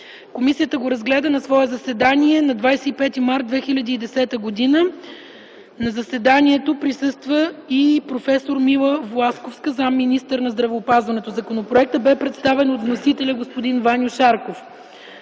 Комисията го разгледа на свое заседание на 25 март 2010 г. „На заседанието присъства и проф. Мила Власковска – заместник- министър на здравеопазването. Законопроектът бе представен от вносителя – господин Ваньо Шарков.